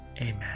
Amen